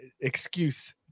excuse